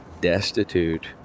destitute